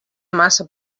massa